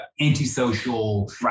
antisocial